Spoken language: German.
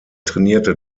trainierte